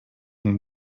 and